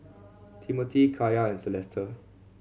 Timmothy Kaya and Celesta